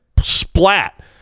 splat